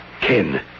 Ken